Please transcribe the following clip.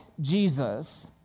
Jesus